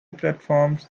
platforms